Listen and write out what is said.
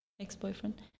ex-boyfriend